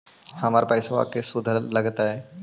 हमर पैसाबा के शुद्ध लगतै?